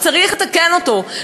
שצריך לתקן אותו,